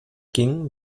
ging